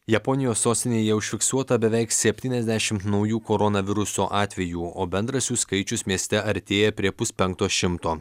japonijos sostinėje jau užfiksuota beveik septyniasdešimt naujų koronaviruso atvejų o bendras jų skaičius mieste artėja prie puspenkto šimto